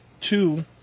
two